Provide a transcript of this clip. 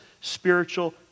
spiritual